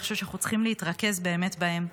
אני חושב שאנחנו צריכים להתרכז באמת בהן.